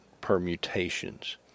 permutations